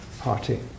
party